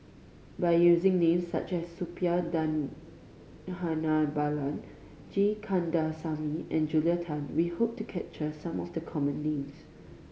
by using names such as Suppiah Dhanabalan G Kandasamy and Julia Tan we hope to capture some of the common names